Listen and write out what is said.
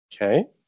okay